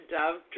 dove